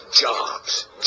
jobs